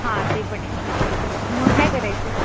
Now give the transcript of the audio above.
हां ते पण एक आहे मग काय करायचं